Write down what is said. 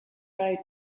road